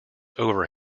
over